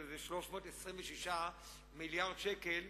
ב-326 מיליארד שקל,